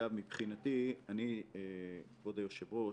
מבחינתי אני, כבוד היושבת ראש,